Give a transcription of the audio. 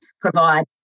provide